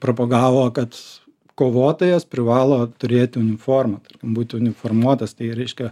propagavo kad kovotojas privalo turėti uniformą būti uniformuotas tai reiškia